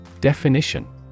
Definition